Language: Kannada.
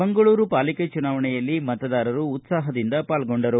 ಮಂಗಳೂರು ಪಾಲಿಕೆ ಚುನಾವಣೆಯಲ್ಲಿ ಮತದಾರರು ಉತ್ಪಾಹದಿಂದ ಪಾಲ್ಗೊಂಡರು